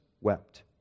wept